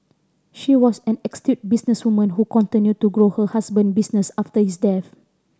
she was an businesswoman who continued to grow her husband business after his death